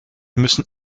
müssen